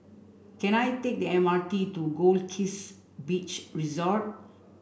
can I take the M R T to Goldkist Beach Resort